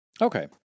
okay